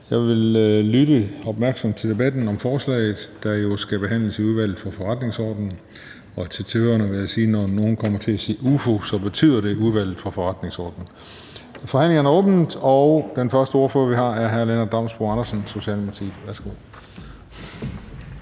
Jeg vil lytte opmærksomt til debatten om forslaget, der jo skal behandles i Udvalget for Forretningsordenen. Og til tilhørerne vil jeg sige, at når nogen kommer til at sige UFO, betyder det Udvalget for Forretningsordenen. Forhandlingen er åbnet. Den første ordfører er hr. Lennart Damsbo-Andersen, Socialdemokratiet. Værsgo.